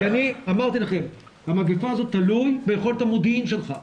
אמרתי לכם, המגפה הזאת תלויה ביכולת המודיעין שלך.